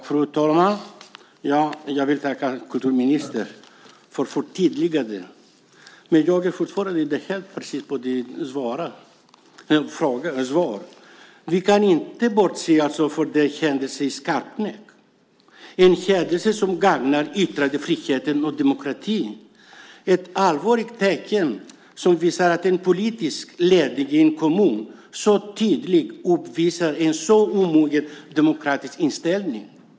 Fru talman! Jag vill tacka kulturministern för förtydligandet. Men jag är fortfarande inte helt nöjd med det du svarar. Vi kan inte bortse från händelsen i Skarpnäck. Det är en händelse som inte gagnar yttrandefriheten och demokratin. Det är ett allvarligt tecken som visar att en politisk ledning i en kommun tydligt uppvisar en så omogen demokratisk inställning.